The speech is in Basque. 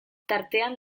tartean